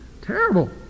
Terrible